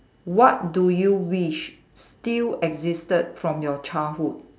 what do you wish still existed from your childhood